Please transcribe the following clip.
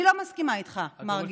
אני לא מסכימה איתך, מרגי.